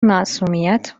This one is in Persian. معصومیت